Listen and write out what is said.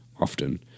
often